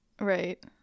Right